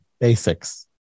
Basics